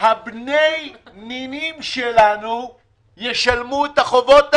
הבנים של הנינים שלנו ישלמו את החובות האלה.